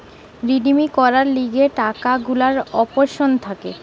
redeem করার লিগে টাকা গুলার অপশন থাকে